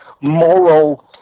moral